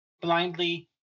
blindly